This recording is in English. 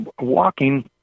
walking